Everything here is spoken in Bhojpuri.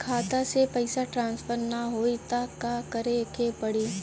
खाता से पैसा ट्रासर्फर न होई त का करे के पड़ी?